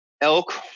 elk